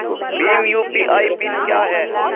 Bhim UPI PIN क्या है?